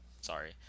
sorry